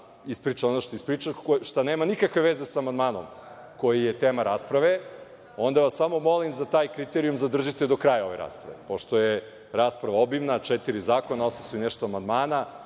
ispriča ono što je ispričao, što nema nikakve veze sa amandmanom koji je tema rasprave, onda vas samo molim da taj kriterijum zadržite do kraja ove rasprave, pošto je rasprava obimna, četiri zakona, 800 i nešto amandmana.